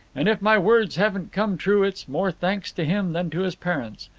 and if my words haven't come true it's more thanks to him than to his parents.